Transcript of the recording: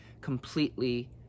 completely